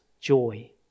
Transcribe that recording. joy